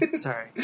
Sorry